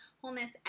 wholeness